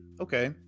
okay